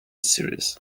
series